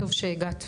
טוב שהגעת,